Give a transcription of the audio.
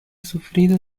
sufrido